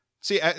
See